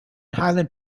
highland